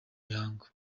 mihango